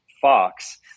Fox